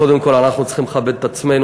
קודם כול אנחנו צריכים לכבד את עצמנו